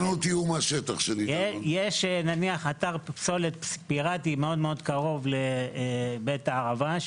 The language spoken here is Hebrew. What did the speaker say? יש אתר פסולת פירטי מאוד קרוב לבית הערבה,